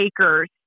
Acres